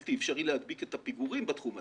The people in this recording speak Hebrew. בלתי אפשרי להדביק את הפיגורים בתחום הזה,